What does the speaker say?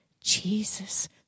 Jesus